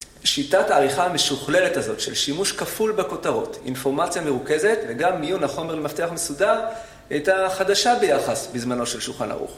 שיטת העריכה המשוכללת הזאת של שימוש כפול בכותרות, אינפורמציה מרוכזת וגם מיון החומר למפתח מסודר הייתה חדשה ביחס בזמנו של שולחן ערוך